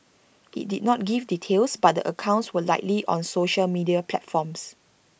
IT did not give details but the accounts were likely on social media platforms